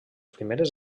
primeres